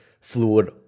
fluid